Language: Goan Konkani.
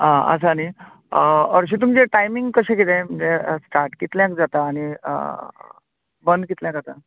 आं आसा न्ही हरशी तुमचें टायमिंग कशें कितें म्हल्यार स्टार्ट कितल्यांक जाता आनी बंद कितल्यांक जाता